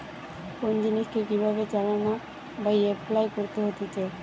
কোন জিনিসকে কি ভাবে চালনা বা এপলাই করতে হতিছে